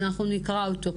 אנחנו נקרא אותו.